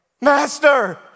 master